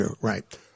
Right